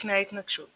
לפני ההתנגשות